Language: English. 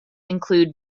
include